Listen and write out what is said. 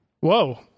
Whoa